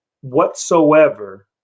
whatsoever